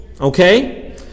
okay